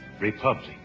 Republic